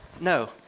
no